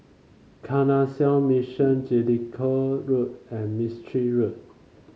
Canossian Mission Jellicoe Road and Mistri Road